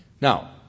Now